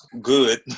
good